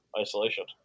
isolation